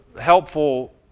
helpful